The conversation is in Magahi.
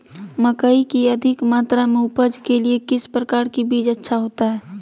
मकई की अधिक मात्रा में उपज के लिए किस प्रकार की बीज अच्छा होता है?